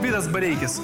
vidas bareikis